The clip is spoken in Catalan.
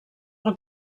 pel